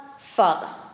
Father